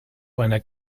einer